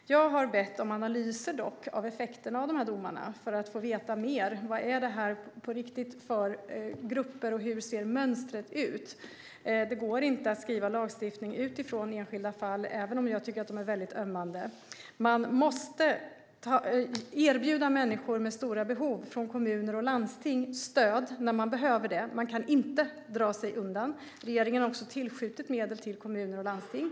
Jag har dock bett om analyser av effekterna av de här domarna för att få veta mer. Vad är det här på riktigt för grupper, och hur ser mönstret ut? Det går inte att skriva lagstiftning utifrån enskilda fall, även om jag tycker att de är väldigt ömmande. Kommuner och landsting måste erbjuda människor med stora behov stöd. Man kan inte dra sig undan. Regeringen har också tillskjutit medel till kommuner och landsting.